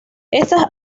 estas